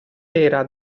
era